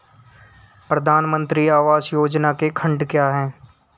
प्रधानमंत्री आवास योजना के खंड क्या हैं?